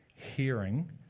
hearing